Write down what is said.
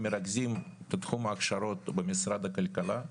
אנחנו מרכזים את תחום ההכשרות במשרד הכלכלה,